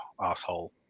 asshole